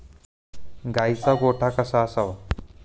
गाईचा गोठा कसा असावा?